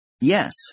Yes